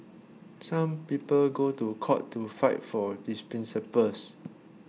some people go to court to fight for these principles